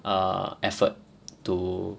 err effort to